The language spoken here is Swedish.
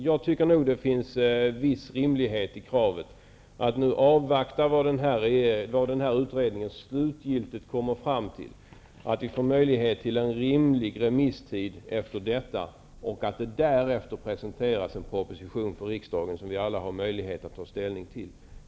Jag tycker att det finns en viss rimlighet i kravet att nu avvakta vad utredningen slutgiltigt kommer fram till, att vi sedan får möjlighet till en rimlig remisstid och att det därefter presenteras en proposition för riksdagen som vi alla har möjlighet att ta ställning till.